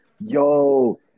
Yo